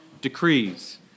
decrees